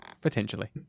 Potentially